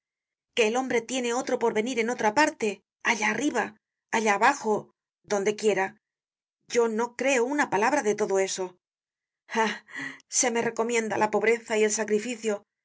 que el hombre tiene otro porvenir en otra parte allá arriba allá abajo donde quiera yo no creo una palabra de todo eso ah se me recomienda la pobreza y el sacrificio